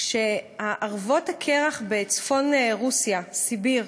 כשערבות הקרח בצפון רוסיה, סיביר,